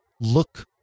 Look